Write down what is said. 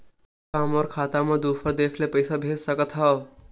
का मोर खाता म दूसरा देश ले पईसा भेज सकथव?